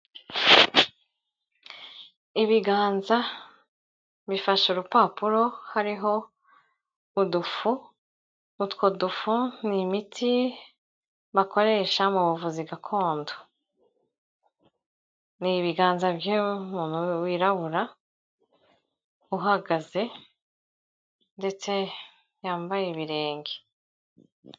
Ibiganza bifashe urupapuro hariho udufu, utwo dufu ni imiti bakoresha mu buvuzi gakondo, ni ibiganza by'umuntu wirabura uhagaze ndetse yambaye ibirenge.